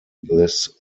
this